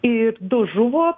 ir du žuvo